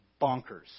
bonkers